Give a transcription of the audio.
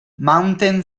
mountain